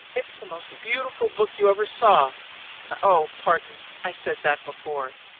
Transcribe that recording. it's the most beautiful book you ever saw oh, pardon i said that before.